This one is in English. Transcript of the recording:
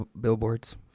billboards